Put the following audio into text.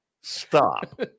Stop